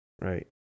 right